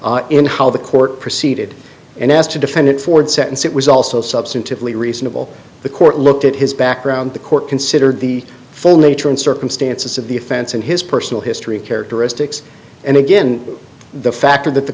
error in how the court proceeded and as to defendant ford sentence it was also substantively reasonable the court looked at his background the court considered the full nature and circumstances of the offense and his personal history characteristics and again the factor that the